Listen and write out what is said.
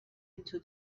into